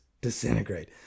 disintegrate